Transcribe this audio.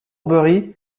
bury